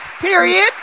period